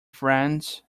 friends